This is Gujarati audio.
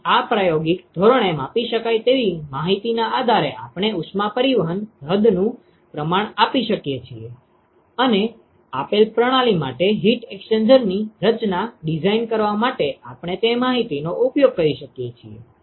તેથી આ પ્રાયોગિક ધોરણે માપી શકાય તેવી માહિતીના આધારે આપણે ઉષ્મા પરિવહન હદનું પ્રમાણ આપી શકીએ છીએ અને આપેલ પ્રણાલી માટે હીટ એક્સ્ચેન્જરની રચના ડિઝાઇન કરવા માટે આપણે તે માહિતીનો ઉપયોગ કરી શકીએ છીએ